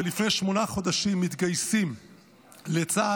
ולפני שמונה חודשים מתגייסים לצה"ל,